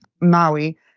maui